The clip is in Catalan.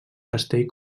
castell